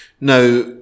Now